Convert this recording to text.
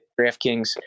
DraftKings